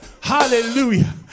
hallelujah